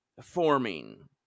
forming